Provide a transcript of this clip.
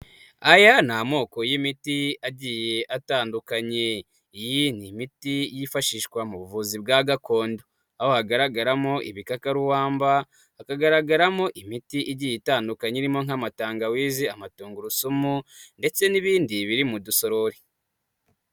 Aya ni amoko y'imiti agiye atandukanye, iyi ni imiti yifashishwa mu buvuzi bwa gakondo, aho hagaragaramo ibikakarubamba, hakagaragaramo imiti igiye itandukanye, irimo nk'amatangawizi, amatungurusumu ndetse n'ibindi biri mu dusorori.